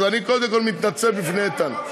אז אני קודם כול מתנצל בפני איתן.